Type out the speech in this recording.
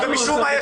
ומשום מה,